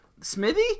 Smithy